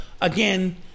Again